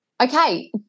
Okay